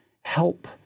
help